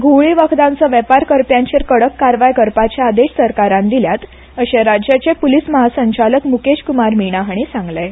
घुंवळे वखदांचो वेपार करप्यांचेर कडक कारवाय करपाचे आदेश सरकारान दिल्यात अशें पुलीस म्हासंचालक मुकेश कुमार मणी हांणी सांगलें